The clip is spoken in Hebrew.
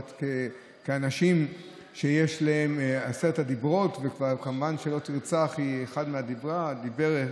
כאנשים שיש להם את עשרת הדיברות וכמובן "לא תרצח" הוא אחד מהדיברות,